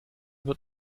wird